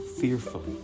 fearfully